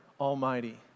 Almighty